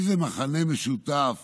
איזה מכנה משותף